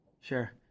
Sure